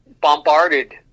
bombarded